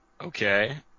Okay